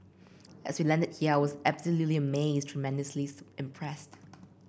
as we landed here I was absolutely amazed tremendously impressed